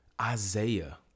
Isaiah